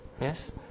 Yes